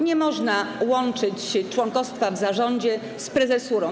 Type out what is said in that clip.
Nie można łączyć członkostwa w zarządzie z prezesurą.